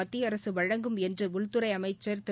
மத்திய அரசு வழங்கும் என்று உள்துறை அமைச்சா் திரு